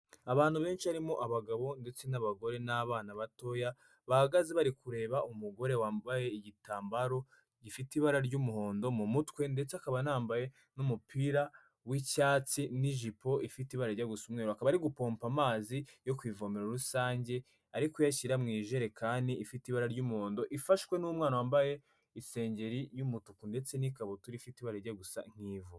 Abantu benshi barimo abagabo ndetse n'abagore n'abana batoya bahagaze bari kureba umugore wambaye igitambaro gifite ibara ry'umuhondo mu mutwe ndetse akaba anambaye n'umupira w'icyatsi n'ijipo ifite ibaraba rijya gusa umweru akaba ari gupompa amazi yo ku ivome rusange, arimo kuyashyira mu ijerekani ifite ibara ry'umuhondo ifashwe n'umwana wambaye isengeri y'umutuku ndetse n'ikabutura ifite ibara rijya gusa nk'ivu.